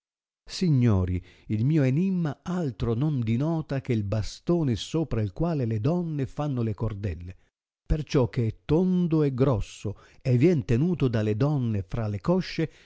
signori il mio enimma altro non dinota che il bastone sopra il quale le donne fanno le cordelle perciò che è tondo e grosso e vien tenuto dalle donne tra le coscie